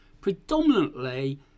Predominantly